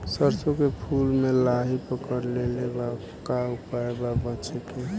सरसों के फूल मे लाहि पकड़ ले ले बा का उपाय बा बचेके?